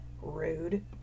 rude